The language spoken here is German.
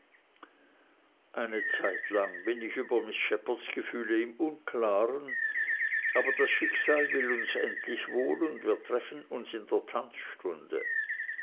eine zeitlang bin ich über miß shepherds gefühle im unklaren aber das schicksal will uns endlich wohl und wir treffen uns in der tanzstunde